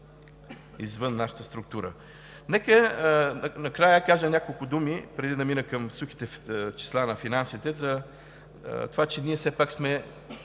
извън нашата структура. Нека накрая да кажа няколко думи, преди да мина към сухите числа на финансите, затова че ние все пак сме